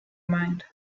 mind